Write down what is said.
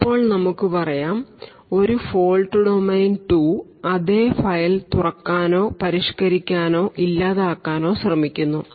ഇപ്പോൾ നമുക്ക് പറയാം ഒരു ഫോൾട്ട് ഡൊമെയ്ൻ 2 അതേ ഫയൽ തുറക്കാനോ പരിഷ്കരിക്കാനോ ഇല്ലാതാക്കാനോ ശ്രമിക്കുന്നു